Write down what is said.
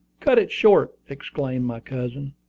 cut it short! exclaimed my cousin.